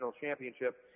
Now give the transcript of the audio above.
championship